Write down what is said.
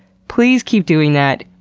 please keep doing that.